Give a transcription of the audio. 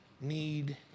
need